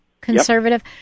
conservative